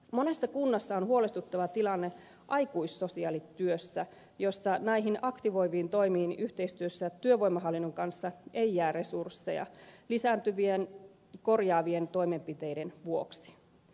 monessa kunnassa on huolestuttava tilanne aikuissosiaalityössä jossa näihin aktivoiviin toimiin yhteistyössä työvoimahallinnon kanssa ei jää resursseja lisääntyvien korjaavien toimenpiteiden vuoksi